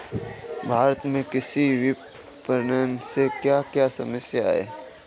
भारत में कृषि विपणन से क्या क्या समस्या हैं?